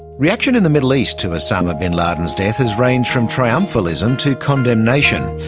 reaction in the middle east to osama bin laden's death has ranged from triumphalism to condemnation.